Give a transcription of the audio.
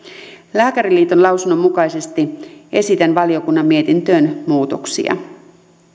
lääkäriliiton lausunnon mukaisesti esitän valiokunnan mietintöön muutoksia